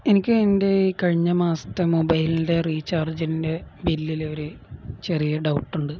എനിക്ക് എൻ്റെ ഈ കഴിഞ്ഞ മാസത്തെ മൊബൈലിൻ്റെ റീചാർജിൻ്റെ ബില്ലിൽ ഒരു ചെറിയ ഡൗട്ടുണ്ട്